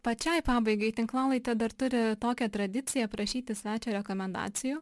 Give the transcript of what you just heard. pačiai pabaigai tinklalaidė dar turi tokią tradiciją prašyti svečią rekomendacijų